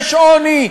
יש עוני,